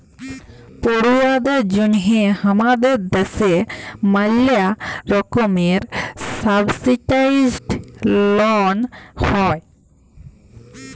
পড়ুয়াদের জন্যহে হামাদের দ্যাশে ম্যালা রকমের সাবসিডাইসদ লন হ্যয়